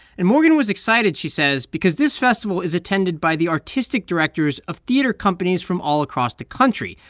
and morgan was excited, she says, because this festival is attended by the artistic directors of theater companies from all across the country,